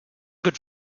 good